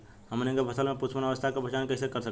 हमनी के फसल में पुष्पन अवस्था के पहचान कइसे कर सकत बानी?